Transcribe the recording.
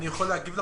אני יכול להגיב?